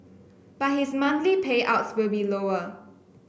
but his monthly payouts will be lower